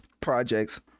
projects